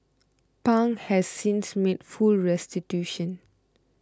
pang has since made full restitution